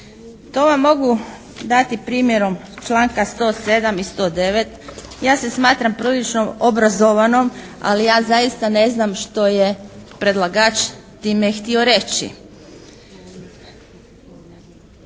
To vam mogu dati primjerom članka 107. i 109. Ja se smatram prilično obrazovanom ali ja zaista ne znam što je predlagač time htio reći.